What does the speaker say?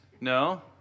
No